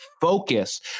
focus